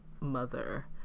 mother